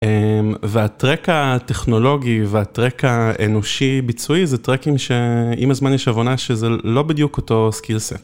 והטראק הטכנולוגי והטראק האנושי-ביצועי זה טראקים שעם הזמן יש הבנה שזה לא בדיוק אותו skillset